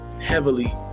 heavily